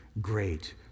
great